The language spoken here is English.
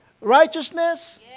Righteousness